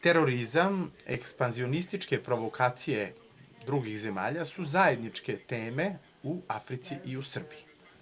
Terorizam, eskpanzionističke provokacije drugih zemalja su zajedničke teme u Africi i u Srbiji.